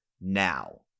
now